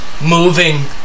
moving